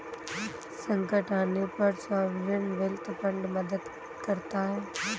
संकट आने पर सॉवरेन वेल्थ फंड मदद करता है